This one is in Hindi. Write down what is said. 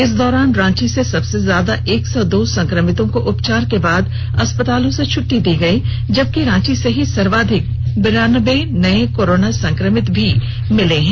इस दौरान रांची से सबसे ज्यादा एक सौ दो संक्रमितों को उपचार के बाद अस्पतालों से छट्टी दे दी गई जबकि रांची से ही सर्वाधिक बिरान्बे नए कोरोना संक्रमित भी मिले हैं